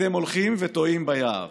אתם הולכים ותועים ביער